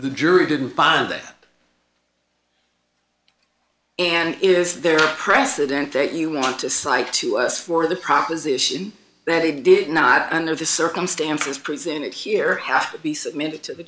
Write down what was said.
the jury didn't find it and is there a precedent that you want to cite to us for the proposition that they did not under the circumstances presented here have to be submitted to the